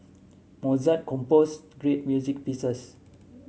Mozart composed great music pieces